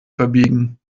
verbiegen